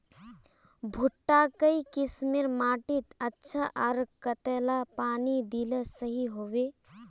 भुट्टा काई किसम माटित अच्छा, आर कतेला पानी दिले सही होवा?